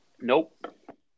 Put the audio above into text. nope